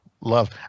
love